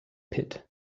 pit